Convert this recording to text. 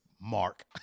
Mark